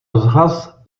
rozhlas